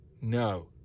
no